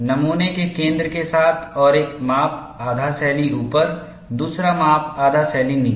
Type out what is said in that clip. नमूने के केंद्र के साथ और एक माप आधा शैली ऊपर दूसरा माप आधा शैली नीचे